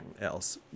else